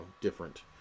different